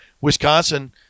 Wisconsin